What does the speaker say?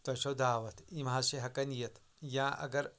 تۄہہِ چھو دعوت یِم حظ چھِ ہٮ۪کَان یِتھ یا اگر